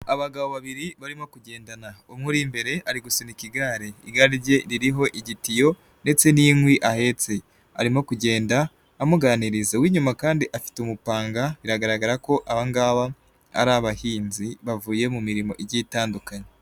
Abagabo babiri barimo kugendana umwe uri imbere ari gusunika igare, igare rye ririho igitiyo ndetse n'inkwi ahetse, arimo kugenda amuganiriza, uw'inyuma kandi afite umu panga biragaragara ko aba ngabo ari abahinzi bavuye mu mirimo igiye itandukanye.